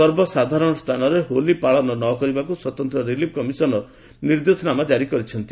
ସର୍ବସାଧାରଣ ସ୍ଥାନରେ ହୋଲି ପାଳନ ନ କରିବାକୁ ସ୍ୱତନ୍ତ ରିଲିଫ୍ କମିଶନର ନିର୍ଦ୍ଦେଶନାମା ଜାରି କରିଛନ୍ତି